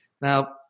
Now